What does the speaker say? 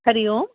हरिः ओं